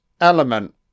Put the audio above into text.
element